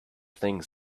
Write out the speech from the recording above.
things